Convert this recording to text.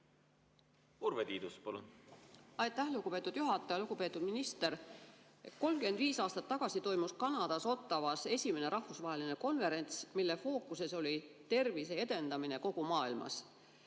Olge nii hea! Aitäh, lugupeetud juhataja! Lugupeetud minister! 35 aastat tagasi toimus Kanadas Ottawas esimene rahvusvaheline konverents, mille fookuses oli tervise edendamine kogu maailmas.